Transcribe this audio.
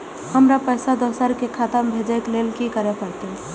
हमरा पैसा दोसर के खाता में भेजे के लेल की करे परते?